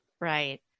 Right